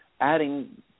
adding